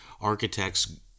architects